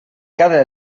cada